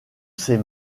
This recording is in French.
ses